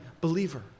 believer